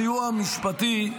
הסיוע המשפטי,